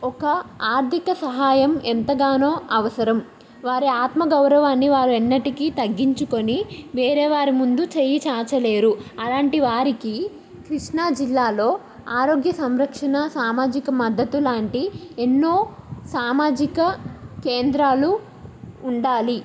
ఒక ఆర్థిక సహాయం ఎంతగానో అవసరం వారి ఆత్మగౌరవాన్ని వారు ఎన్నటికీ తగ్గించుకొని వేరే వారి ముందు చేయి చాచలేరు అలాంటివారికి కృష్ణాజిల్లాలో ఆరోగ్య సంరక్షణ సామాజిక మద్దతు లాంటి ఎన్నో సామాజిక కేంద్రాలు ఉండాలి